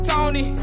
Tony